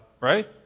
right